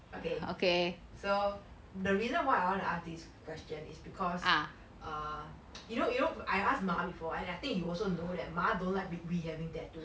okay so the reason why I want to ask this question is because err you know you know I ask mom before and I think you also know that 妈 don't like me we having tattoos